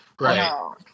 Right